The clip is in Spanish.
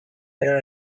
pero